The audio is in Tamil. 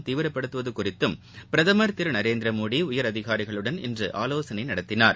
தீவிரப்படுத்துவது குறித்தும் பிரதமர் திரு நரேந்திரமோடி உயரதிகாரிகளுடன் இன்று ஆலோசனை நடத்தினார்